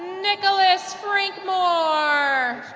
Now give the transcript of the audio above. nickolas frankmore.